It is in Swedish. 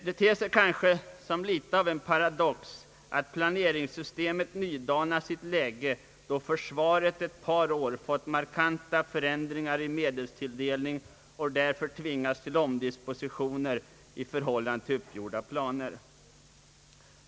Det ter sig kanske som litet av en paradox att planeringssystemet nydanas i ett läge då försvaret under ett par år fått vidkännas markanta förändringar i medelstilldelning och därför tvingats till omdispositioner i förhållande till uppgjorda planer.